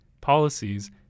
Policies